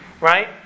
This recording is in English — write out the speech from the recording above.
right